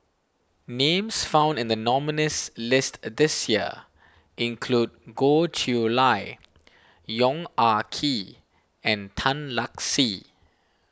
names found in the nominees' list this year include Goh Chiew Lye Yong Ah Kee and Tan Lark Sye